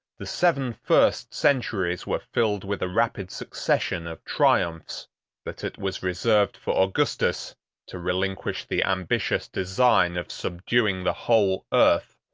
the seven first centuries were filled with a rapid succession of triumphs but it was reserved for augustus to relinquish the ambitious design of subduing the whole earth,